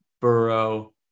Burrow